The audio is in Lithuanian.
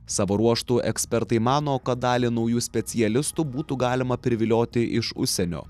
savo ruožtu ekspertai mano kad dalį naujų specialistų būtų galima privilioti iš užsienio